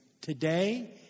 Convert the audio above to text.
Today